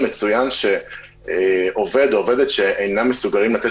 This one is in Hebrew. מצוין שעובד או עובדת שאינם מסוגלים לתת